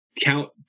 count